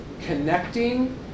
connecting